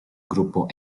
gruppo